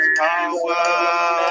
power